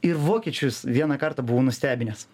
ir vokiečius vieną kartą buvau nustebinęs